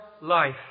life